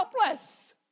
helpless